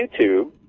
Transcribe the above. YouTube